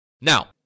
Now